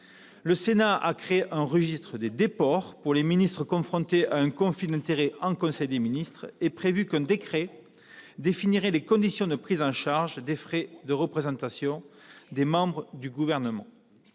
Le Sénat a créé un registre des déports pour les ministres confrontés à un conflit d'intérêts en conseil des ministres et prévu qu'un décret définirait les conditions de prise en charge des frais de représentation des membres du Gouvernement.